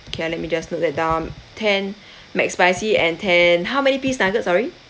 okay ah let me just note that down ten mcspicy and ten how many piece nuggets sorry